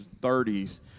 30s